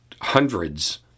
hundreds